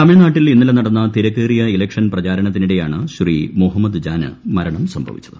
തമിഴ്നാട്ടിൽ ഇന്നലെ നടന്ന തിരക്കേറിയ ഇലക്ഷൻ പ്രചാരണത്തിനിടെയാണ് ശ്രീ മുഹമ്മദ്ജാന് മരണം സംഭവിച്ചത്